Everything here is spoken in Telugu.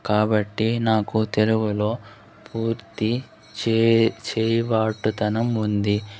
కాబట్టి నాకు తెలుగులో పూర్తి చేయి చేయుబాటుతనం ఉంది